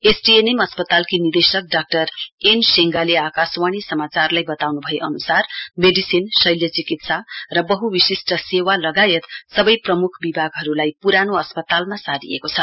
STNM अस्पतालकी निदेशक doctor N शेङ्गाले आकाशवाणी समाचारलाई वताउनु भए अनुसार मेडिसिन शैल्य चिकित्सा र वहविशिष्ट सेवा लगायत सवै प्रमुख विभागहरुलाई पुरानो अस्पतालमा सारिएको छ